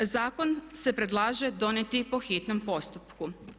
Zakon se predlaže donijeti po hitnom postupku.